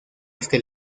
este